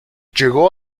llegó